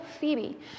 Phoebe